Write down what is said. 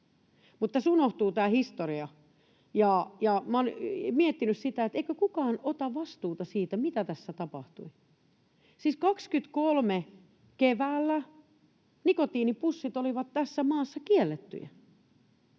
Mutta tässä unohtuu tämä historia, ja minä olen miettinyt sitä, eikö kukaan ota vastuuta siitä, mitä tässä tapahtui. Siis keväällä 23 nikotiinipussit olivat tässä maassa kiellettyjä,